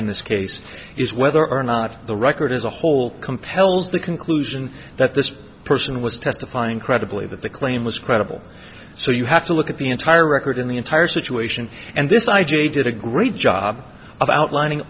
in this case is whether or not the record as a whole compels the conclusion that this person was testifying credibly that the claim was credible so you have to look at the entire record in the entire situation and this i g did a great job of outlining